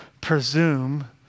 presume